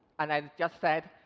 and i've just said,